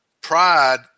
pride